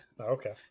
okay